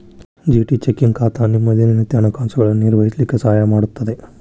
GT checking ಖಾತಾ ನಿಮ್ಮ ದಿನನಿತ್ಯದ ಹಣಕಾಸುಗಳನ್ನು ನಿರ್ವಹಿಸ್ಲಿಕ್ಕೆ ಸಹಾಯ ಮಾಡುತ್ತದೆ